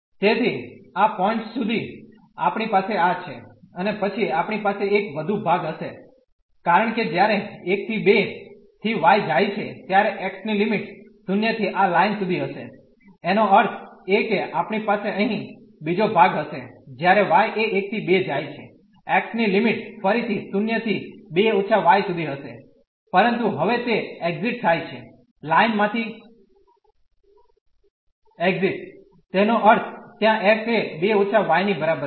તેથી આ પોઇન્ટ સુધી આપણી પાસે આ છે અને પછી આપણી પાસે એક વધુ ભાગ હશે કારણ કે જ્યારે 1 ¿2 થી y જાય છે ત્યારે x ની લિમિટ 0 થી આ લાઈન સુધી હશે એનો અર્થ એ કે આપણી પાસે અહીં બીજો ભાગ હશે જ્યારે y એ 1 ¿2 જાય છે x ની લિમિટ ફરીથી 0 થી 2− y સુધી હશે પરંતુ હવે તે એક્ઝીટ થાય છે લાઈન માંથી એક્ઝીટ તેનો અર્થ ત્યાં x એ 2− y ની બરાબર છે